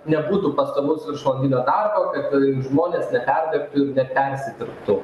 nebūtų pastovaus viršvalandinio darbo kad žmonės neperdirbtų ir nepersidirbtų